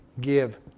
give